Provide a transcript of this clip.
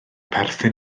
perthyn